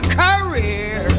career